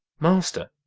master,